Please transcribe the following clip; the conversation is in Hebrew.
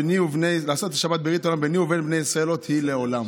ביני ובין בני ישראל אות היא לעֹלם".